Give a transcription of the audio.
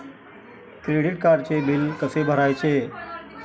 Credit कार्डचे bill कसे भरायचे?